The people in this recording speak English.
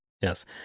yes